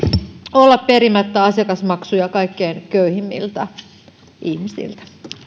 olla perimättä asiakasmaksuja kaikkein köyhimmiltä ihmisiltä